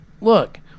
Look